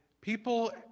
people